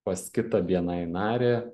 pas kitą bni narį